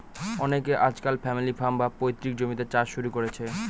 অনকে আজকাল family farm, বা পৈতৃক জমিতে চাষ শুরু করেছে